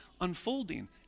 unfolding